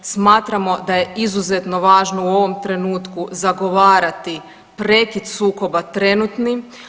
Smatramo da je izuzetno važno u ovom trenutku zagovarati prekid sukoba trenutni.